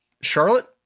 Charlotte